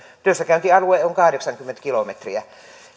työssäkäyntialue on kahdeksankymmentä kilometriä